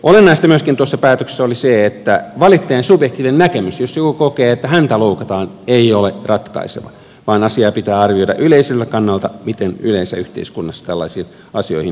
olennaista tuossa päätöksessä oli myöskin se että valittajan subjektiivinen näkemys jos joku kokee että häntä loukataan ei ole ratkaiseva vaan asiaa pitää arvioida yleiseltä kannalta miten yleensä yhteiskunnassa tällaisiin asioihin suhtaudutaan